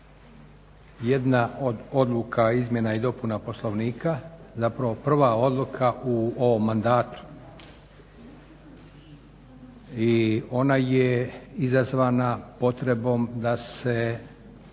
jedna od odluka izmjena i dopuna Poslovnika, zapravo prva odluka u ovom mandatu i ona je izazvana potrebom da se